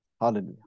Hallelujah